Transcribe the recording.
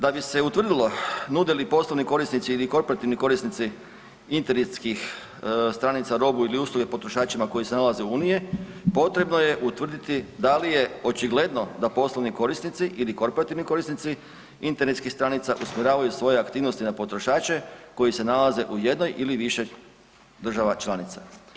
Da bi se utvrdilo nude li poslovni korisnici ili korporativni korisnici internetskih stranica robu ili usluge potrošačima koji se nalaze u Uniji, potrebno je utvrditi da li je očigledno da poslovni korisnici ili korporativni korisnici internetskih stranica usmjeravaju svoje aktivnosti na potrošače koji se nalaze u jednoj ili više država članica.